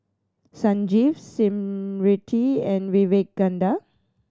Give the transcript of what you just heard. Sanjeev Smriti and Vivekananda